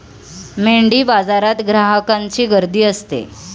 मेंढीबाजारात ग्राहकांची गर्दी असते